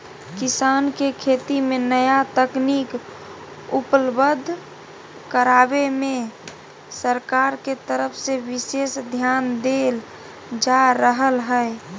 किसान के खेती मे नया तकनीक उपलब्ध करावे मे सरकार के तरफ से विशेष ध्यान देल जा रहल हई